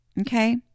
Okay